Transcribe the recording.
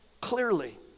clearly